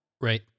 right